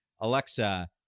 Alexa